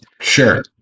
Sure